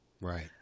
Right